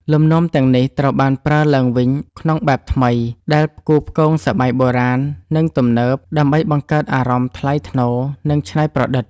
លំនាំទាំងនេះត្រូវបានប្រើឡើងវិញក្នុងបែបថ្មី ដែលផ្គូផ្គងសម័យបុរាណ និងទំនើប ដើម្បីបង្កើតអារម្មណ៍ថ្លៃថ្នូរ និងច្នៃប្រឌិត។